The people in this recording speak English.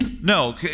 No